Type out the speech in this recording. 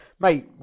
mate